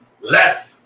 left